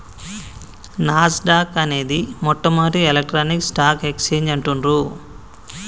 నాస్ dock అనేది మొట్టమొదటి electronic stock exchange అంటుండ్రు